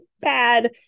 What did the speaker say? bad